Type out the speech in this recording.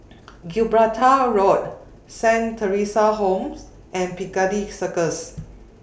Gibraltar Road Saint Theresa's Homes and Piccadilly Circus